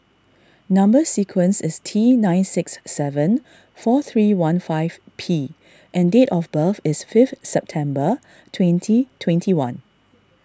Number Sequence is T nine six seven four three one five P and date of birth is fifth September twenty twenty one